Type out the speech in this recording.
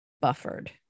buffered